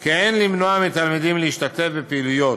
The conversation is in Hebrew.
כי אין למנוע מתלמידים להשתתף בפעילויות,